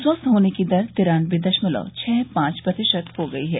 स्वस्थ होने की दर तिरान्नबे दशमलव छह पांच प्रतिशत हो गई है